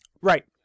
Right